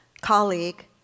colleague